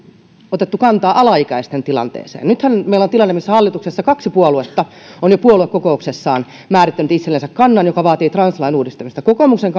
otettu kantaa alaikäisten tilanteeseen nythän meillä on tilanne missä hallituksessa kaksi puoluetta on jo puoluekokouksessaan määrittänyt itsellensä kannan joka vaatii translain uudistamista kokoomuksen